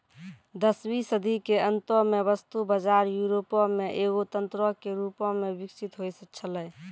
दसवीं सदी के अंतो मे वस्तु बजार यूरोपो मे एगो तंत्रो के रूपो मे विकसित होय छलै